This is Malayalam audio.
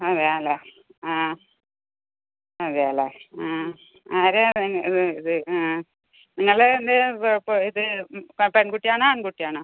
അതെയോ അല്ലേ ആ അതെയോ അല്ലേ ആ ആരാണ് ഇത് ഇത് ആ നിങ്ങളെ ആ പെൺകുട്ടി ആണോ ആൺകുട്ടി ആണോ